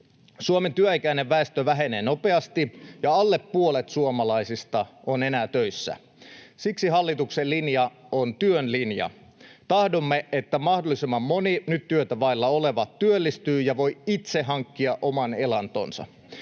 Suomen työikäinen väestö vähenee nopeasti ja alle puolet suomalaisista on töissä. Siksi hallituksen linja on työn linja. Tahdomme, että mahdollisimman moni nyt työtä vailla oleva työllistyy ja voi itse hankkia oman elantonsa.